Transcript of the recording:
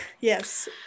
Yes